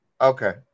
Okay